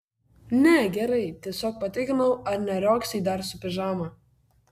ne gerai tiesiog patikrinau ar neriogsai dar su pižama